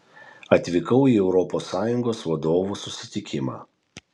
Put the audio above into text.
atvykau į europos sąjungos vadovų susitikimą